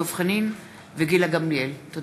דב חנין וגילה גמליאל בנושא: תוכנית קידוחי נפט ברמת-הגולן.